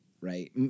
right